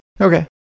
Okay